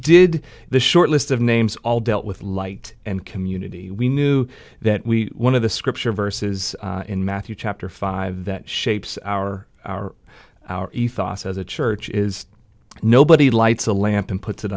did the short list of names all dealt with light and community we knew that we one of the scripture verses in matthew chapter five that shapes our our our ethos as a church is nobody lights a lamp and puts it